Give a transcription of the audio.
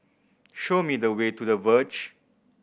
show me the way to The Verge